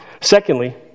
Secondly